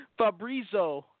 Fabrizo